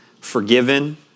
forgiven